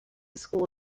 school